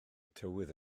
tywydd